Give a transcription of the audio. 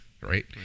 right